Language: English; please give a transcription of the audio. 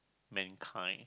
mankind